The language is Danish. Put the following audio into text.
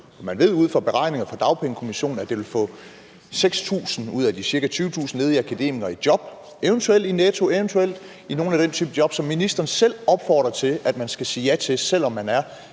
Man ved ud fra beregninger fra Dagpengekommissionen, at det vil få 6.000 ud af de ca. 20.000 ledige akademikere i job – eventuelt i Netto, eventuelt i nogle af den type job, som ministeren selv opfordrer til at man skal sige ja til, selv om man er